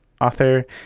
author